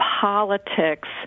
politics